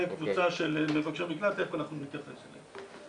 זה קבוצה של מבקשי מקלט, תיכף אנחנו נתייחס אליהם.